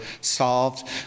solved